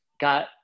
got